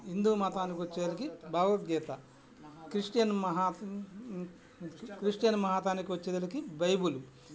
హిందూ మతానికి వచ్చేదలికి భగవద్గీత క్రిస్టియన్ మహా క్రిస్టియన్ మహతానికి వచ్చేదలికి బైబుల్